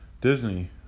Disney